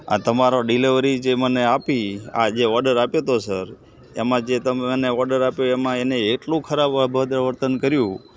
આ તમારો ડિલિવરી જે મને આપી આ જે ઓર્ડર આપ્યો હતો સર એમાં જે તમે મને ઓર્ડર આપ્યો એમાં એણે એટલું ખરાબ અભદ્ર વર્તન કર્યું